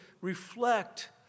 reflect